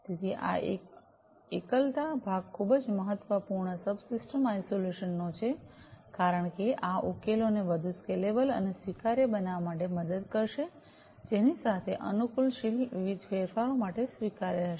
તેથી આ એકલતા ભાગ ખૂબ જ મહત્વપૂર્ણ સબસિસ્ટમ આઇસોલેશ નો છે કારણ કે આ ઉકેલોને વધુ સ્કેલેબલ અને સ્વીકાર્ય બનાવવા માટે મદદ કરશે જેની સાથે અનુકૂલનશીલ વિવિધ ફેરફારો માટે સ્વીકાર્ય હશે